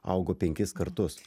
augo penkis kartus